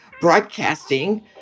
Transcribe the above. broadcasting